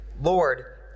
Lord